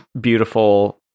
beautiful